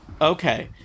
Okay